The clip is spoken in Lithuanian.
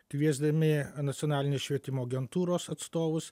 kviesdami nacionalinės švietimo agentūros atstovus